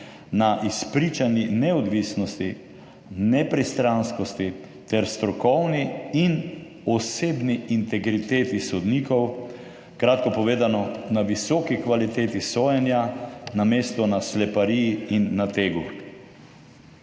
na izpričani neodvisnosti, nepristranskosti ter strokovni in osebni integriteti sodnikov, kratko povedano, na visoki kvaliteti sojenja namesto na slepariji in nategu.«